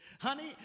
Honey